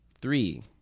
three